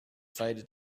faded